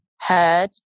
heard